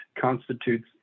constitutes